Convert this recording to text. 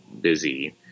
busy